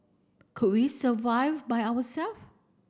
could we survive by our self